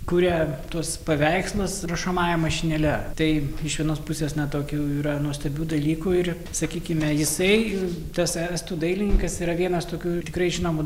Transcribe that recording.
kuria tuos paveikslus rašomąja mašinėle tai iš vienos pusės na tokių yra nuostabių dalykų ir sakykime jisai tas estų dailininkas yra vienas tokių tikrai žinomų